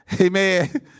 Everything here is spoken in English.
Amen